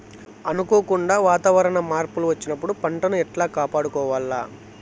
అనుకోకుండా వాతావరణ మార్పులు వచ్చినప్పుడు పంటను ఎట్లా కాపాడుకోవాల్ల?